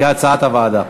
כהצעת הוועדה.